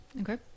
Okay